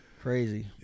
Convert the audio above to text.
Crazy